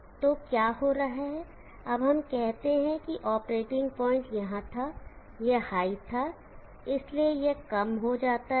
तो क्या हो रहा है अब हम कहते हैं कि ऑपरेटिंग पॉइंट यहाँ था यह हाई था इसलिए यह कम हो जाता है